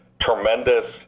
tremendous